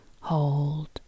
hold